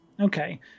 okay